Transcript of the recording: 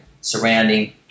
surrounding